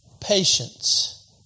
patience